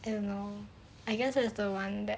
I don't know I guess that's the one that